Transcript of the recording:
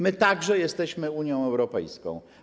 My także jesteśmy Unią Europejską.